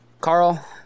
Carl